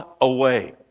away